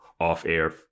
off-air